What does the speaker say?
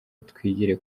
twigire